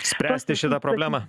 spręsti šitą problemą